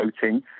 voting